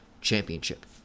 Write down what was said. championship